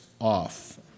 off